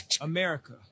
America